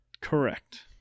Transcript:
Correct